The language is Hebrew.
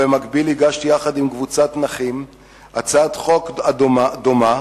במקביל הגשתי יחד עם קבוצת נכים הצעת חוק דומה